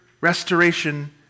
restoration